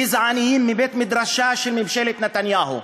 גזעניים, מבית-מדרשה של ממשלת נתניהו.